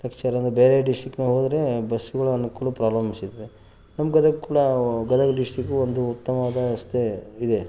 ಅಂದರೆ ಬೇರೆ ಡಿಸ್ಟ್ರಿಕ್ಗ್ನಾಗ ಹೋದ್ರೆ ಬಸ್ಸುಗಳ ಅನುಕೂಲ ಪ್ರಾಬ್ಲಮ್ಸ್ ಇದೆ ನಮ್ಮ ಗದಗ ಕೂಡ ಗದಗ ಡಿಸ್ಟ್ರಿಕ್ಕಿಗೆ ಒಂದು ಉತ್ತಮವಾದ ರಸ್ತೆ ಇದೆ